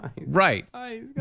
right